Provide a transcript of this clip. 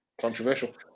controversial